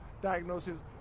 diagnosis